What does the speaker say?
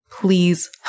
please